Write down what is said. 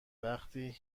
وقتی